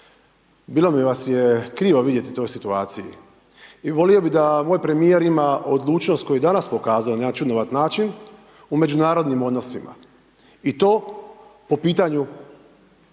Bilo mi vas je krivo vidjeti u toj situaciji. Volio bi da moj premijer ima odlučnost koju je danas pokazao na jedan čudnovat način u međunarodnim odnosima. I to po pitanju